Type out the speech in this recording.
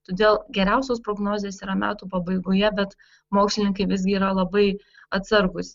todėl geriausios prognozės yra metų pabaigoje bet mokslininkai visgi yra labai atsargūs